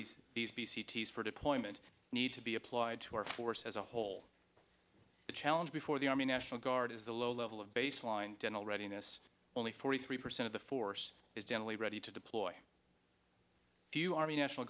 hese p c t s for deployment need to be applied to our force as a whole the challenge before the army national guard is the low level of baseline dental readiness only forty three percent of the force is generally ready to deploy a few army national